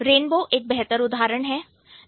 rainbow एक बेहतर उदाहरण है